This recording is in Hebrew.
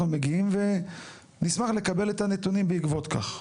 מגיעים ונשמח לקבל את הנתונים בעקבות כך.